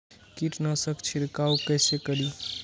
कीट नाशक छीरकाउ केसे करी?